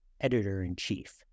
Editor-in-Chief